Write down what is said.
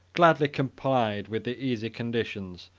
gladly complied with the easy conditions,